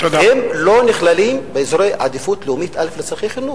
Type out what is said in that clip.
הם לא נכללים באזורי עדיפות לאומית א' לצורכי חינוך.